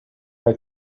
did